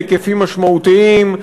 בהיקפים משמעותיים,